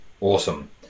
Awesome